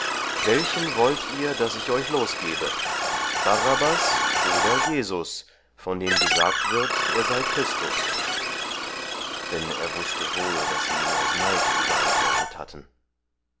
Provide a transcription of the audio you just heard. welchen wollt ihr daß ich euch losgebe barabbas oder jesus von dem gesagt wird er sei christus denn er wußte wohl daß sie ihn aus neid überantwortet hatten